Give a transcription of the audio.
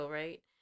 right